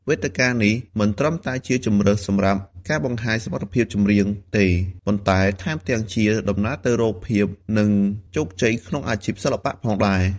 វេទិកានេះមិនត្រឹមតែជាជម្រើសសម្រាប់ការបង្ហាញសមត្ថភាពចម្រៀងទេ ប៉ុន្តែថែមទាំងជាដំណើរទៅរកភាព និងជោគជ័យក្នុងអាជីពសិល្បៈផងដែរ។